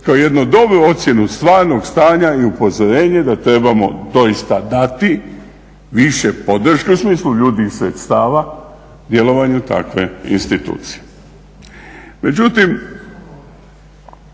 kako jednu dobru ocjenu stvarnog stanja i upozorenje da trebamo doista dati više podrške, u smislu ljudi i sredstava, djelovanju takve institucije.